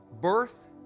birth